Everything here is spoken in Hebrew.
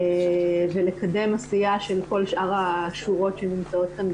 ולקדם עשייה של כל שאר השורות שנמצאות כאן.